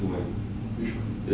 which one